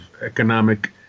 economic